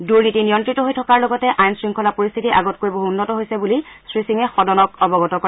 দুনীতি নিযন্নিত হৈ থকাৰ লগতে আইন শংখলা পৰিস্থিতি আগতকৈ বহু উন্নত হৈছে বুলি শ্ৰীসিঙে সদনক অৱগত কৰে